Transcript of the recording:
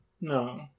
No